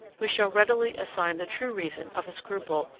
we shall readily assign the true reason of a scruple,